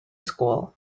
school